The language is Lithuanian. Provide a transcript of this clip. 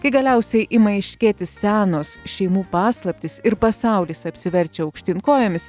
kai galiausiai ima aiškėti senos šeimų paslaptys ir pasaulis apsiverčia aukštyn kojomis